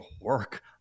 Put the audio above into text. work